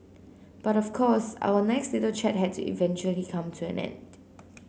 but of course our nice little chat had to eventually come to an end